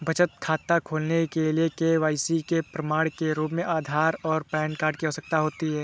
बचत खाता खोलने के लिए के.वाई.सी के प्रमाण के रूप में आधार और पैन कार्ड की आवश्यकता होती है